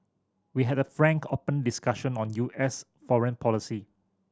we had a frank open discussion on U S foreign policy